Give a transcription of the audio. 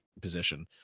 position